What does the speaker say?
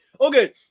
Okay